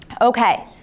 Okay